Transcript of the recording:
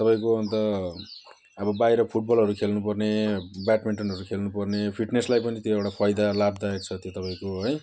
तपाईँको अन्त अब बाहिर फुटबलहरू खेल्नुपर्ने ब्याडमिन्टनहरू खेल्नुपर्ने फिट्नेसलाई पनि त्यो एउटा फाइदा लाभदायक छ त्यो तपाईँको है